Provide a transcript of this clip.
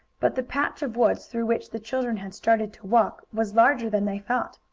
but the patch of woods through which the children had started to walk was larger than they thought.